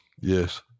yes